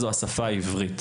הוא השפה העברית.